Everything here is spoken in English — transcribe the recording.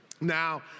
Now